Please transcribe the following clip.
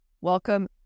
welcome